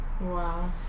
Wow